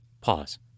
Pause